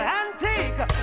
antique